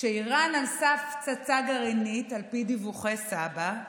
כשאיראן על סף פצצה גרעינית על פי דיווחי סבא"א,